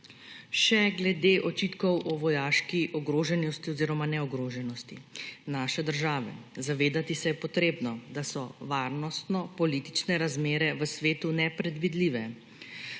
Še glede očitkov o vojaški ogroženosti oziroma neogroženosti naše države. Zavedati se je potrebno, da so varnostno-politične razmere v svetu nepredvidljive.